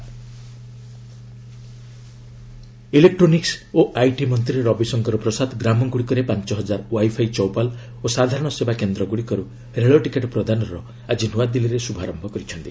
ପ୍ରସାଦ wifi Choupals electronics ଓ IT ମନ୍ତ୍ରୀ ରବିଶଙ୍କର ପ୍ରସାଦ ଗ୍ରାମଗୁଡ଼ିକରେ ପାଞ୍ଚ ହଜାର ୱାଇଫାଇ ଚୌପାଲ୍ ଓ ସାଧାରଣ ସେବା କେନ୍ଦ୍ରଗୁଡ଼ିକରୁ ରେଳ ଟିକେଟ୍ ପ୍ରଦାନର ଆଜି ନୂଆଦିଲ୍ଲୀରେ ଶୁଭାରମ୍ଭ କରିଛନ୍ତି